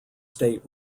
state